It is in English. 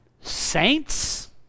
saints